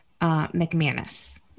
McManus